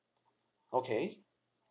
okay